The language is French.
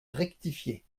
rectifié